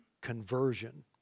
conversion